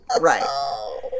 Right